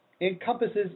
encompasses